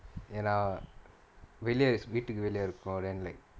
ஏன்னா வெளிய:yaennaa veliya is வீட்டுக்கு வெளிய இருக்கும்:veetuku veliya irukum then like